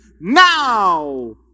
Now